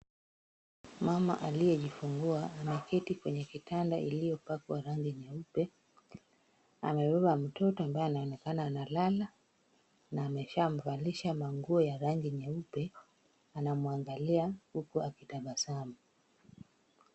Mama aliyejifungua ameketi kwenye kitanda iliyopakwa rangi nyeupe. Amebeba mtoto ambaye anaonekana analala na ameshamvalisha manguo ya rangi nyeupe anamwangalia huku akitabasamu.